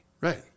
right